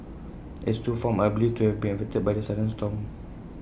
as two farms are believed to have been affected by the sudden storm